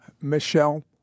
Michelle